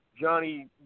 Johnny